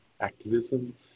activism